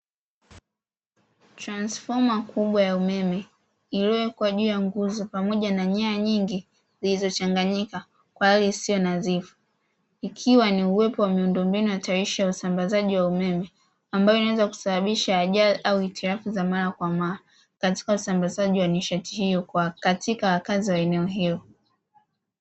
Transfoma kubwa ya umeme iliyowekwa juu ya nguzo, pamoja na nyaya nyingi zilizochanganyika; kwa hali isiyo nadhifu, ikiwa ni uwepo wa miundombinu hatarishi ya usambazaji wa umeme ambayo inaweza kusababisha ajali au hitilafu za mara kwa mara katika usambazaji wa nishati hiyo katika kazi za eneo hilo.